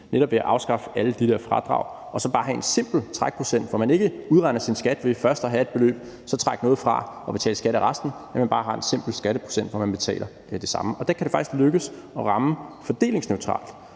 netop at afskaffe alle de der fradrag og så bare have en simpel trækprocent, så man ikke udregner sin skat ved først at have et beløb og så trække noget fra og betale skat af resten, men at man bare har en simpel skatteprocent, man betaler med det samme. Og det kan faktisk lykkes at ramme det fordelingsneutralt,